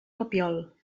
papiol